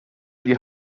die